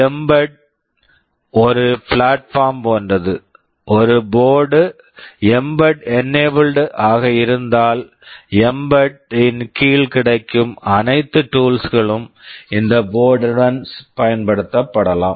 embed mbed ஒரு platform platform போன்றது ஒரு board board mbed enabled mbed enabled ஆக இருந்தால் எம்பெட் mbed இன் கீழ் கிடைக்கும் அனைத்து டூல்ஸ் tools களும் இந்த போர்ட்டு board டன் பயன்படுத்தப்படலாம்